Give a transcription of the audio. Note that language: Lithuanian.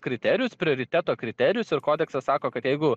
kriterijus prioriteto kriterijus ir kodeksas sako kad jeigu